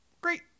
great